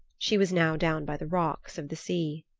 she was now down by the rocks of the sea.